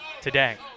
today